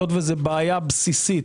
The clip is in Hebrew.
היות שזה בעיה בסיסית,